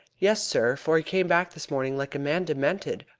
yes, sir for he came back this morning like a man demented,